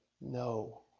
No